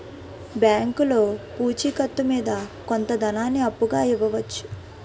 బ్యాంకులో పూచి కత్తు మీద కొంత ధనాన్ని అప్పుగా ఇవ్వవచ్చు